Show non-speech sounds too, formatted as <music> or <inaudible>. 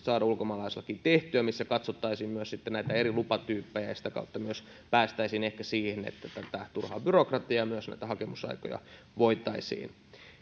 <unintelligible> saada tehtyä ulkomaalaislakiin kokonaisuudistusta missä sitten katsottaisiin myös eri lupatyyppejä ja ja sitä kautta päästäisiin ehkä myös siihen että turhaa byrokratiaa ja myös hakemusaikoja voitaisiin